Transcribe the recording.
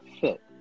fit